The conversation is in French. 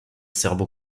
serbo